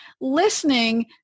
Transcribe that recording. listening